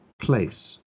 place